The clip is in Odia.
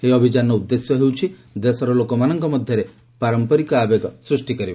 ଏହି ଅଭିଯାନର ଉଦ୍ଦେଶ୍ୟ ହେଉଛି ଦେଶର ଲୋକମାନଙ୍କ ମଧ୍ୟରେ ପାରମ୍ପରିକ ଆବେଗ ସ୍ଟିଷ୍ଟି କରିବା